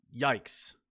yikes